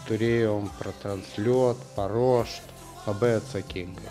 turėjom pratransliuot paruošti labai atsakingai